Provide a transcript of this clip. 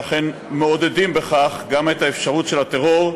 שאכן מעודדים בכך גם את האפשרות של הטרור,